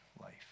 life